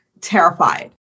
terrified